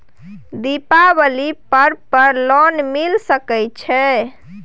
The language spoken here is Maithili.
दीपावली पर्व पर लोन मिल सके छै?